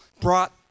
brought